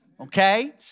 okay